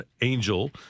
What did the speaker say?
Angel